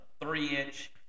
three-inch